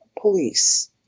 police